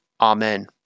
Amen